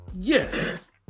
Yes